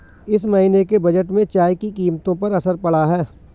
इस महीने के बजट में चाय की कीमतों पर असर पड़ा है